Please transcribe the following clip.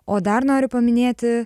o dar noriu paminėti